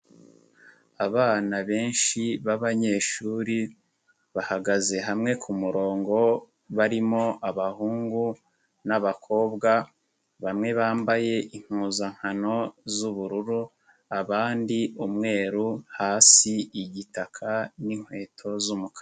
Abana benshi b'abanyeshuri, bahagaze hamwe ku murongo, barimo abahungu n'abakobwa, bamwe bambaye impuzankano z'ubururu, abandi umweru hasi igitaka n'inkweto z'umukara.